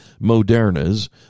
Moderna's